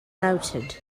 noted